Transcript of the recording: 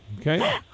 Okay